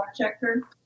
checker